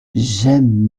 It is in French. j’aime